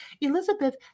Elizabeth